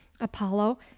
apollo